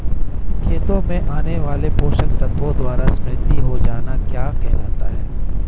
खेतों में आने वाले पोषक तत्वों द्वारा समृद्धि हो जाना क्या कहलाता है?